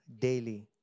daily